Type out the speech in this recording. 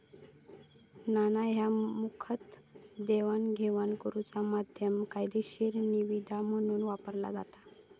नाणा ह्या मुखतः देवाणघेवाण करुचा माध्यम, कायदेशीर निविदा म्हणून वापरला जाता